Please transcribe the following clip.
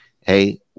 Hey